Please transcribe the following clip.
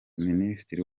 minisitiri